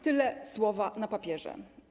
Tyle słowa na papierze.